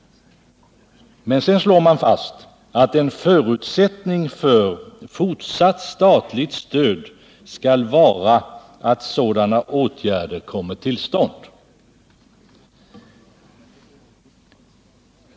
Men sedan slår man fast att en förutsättning för fortsatt statligt stöd skall vara att sådana åtgärder kommer till stånd.